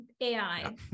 AI